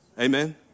Amen